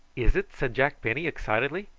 is it? said jack penny excitedly.